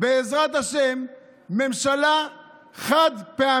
בעזרת השם, היא ממשלה חד-פעמית.